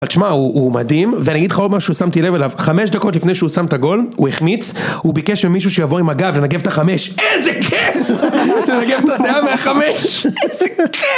אז תשמע הוא מדהים, ואני אגיד לך עוד משהו ששמתי לב אליו, חמש דקות לפני שהוא שם את הגול, הוא החמיץ, הוא ביקש ממישהו שיבוא עם הגב לנגב את החמש, איזה כיף, לנגב את הזיעה מהחמש, איזה כיף.